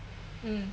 mm